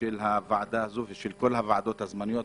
של הוועדה הזאת ושל כל הוועדות הזמניות,